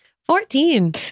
Fourteen